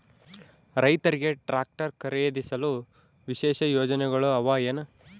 ರೈತರಿಗೆ ಟ್ರಾಕ್ಟರ್ ಖರೇದಿಸಲು ವಿಶೇಷ ಯೋಜನೆಗಳು ಅವ ಏನು?